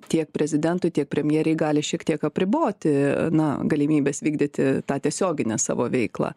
tiek prezidentui tiek premjerei gali šiek tiek apriboti na galimybes vykdyti tą tiesioginę savo veiklą